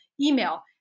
email